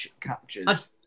captures